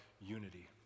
unity